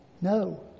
No